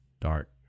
dark